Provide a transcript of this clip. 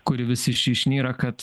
kuri vis iš išnyra kad